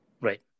Right